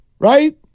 Right